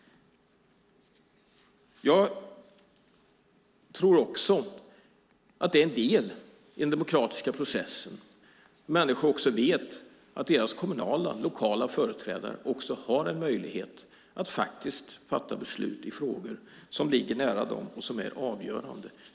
Jag tror också att det är en del i den demokratiska processen att människor vet att deras kommunala och lokala företrädare har en möjlighet att fatta beslut i frågor som ligger nära dem och som är avgörande.